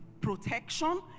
protection